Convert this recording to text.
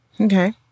Okay